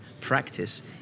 practice